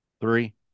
three